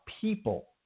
people